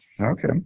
Okay